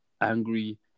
angry